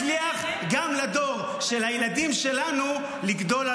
הוא הצליח בכך שגם הדור של הילדים שלנו יגדל על